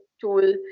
tool